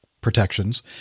protections